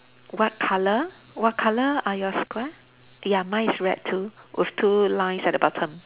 what colour what colour are your square ya mine is red two with two lines at the bottom